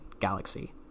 Galaxy